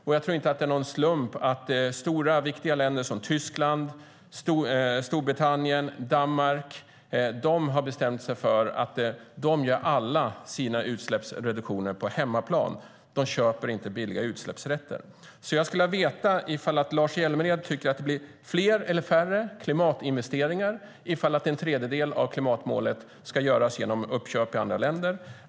Och jag tror inte att det är någon slump att stora, viktiga länder som Tyskland, Storbritannien och Danmark alla har bestämt sig för att göra sina utsläppsreduktioner på hemmaplan. De köper inte billiga utsläppsrätter. Jag skulle vilja veta om Lars Hjälmered tycker att det blir fler eller färre klimatinvesteringar ifall en tredjedel av klimatmålet ska klaras av genom uppköp i andra länder.